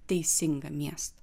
teisingą miestą